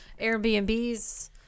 Airbnbs